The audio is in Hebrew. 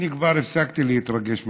אני כבר הפסקתי להתרגש מהחקיקה.